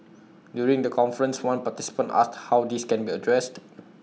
during the conference one participant asked how this can be addressed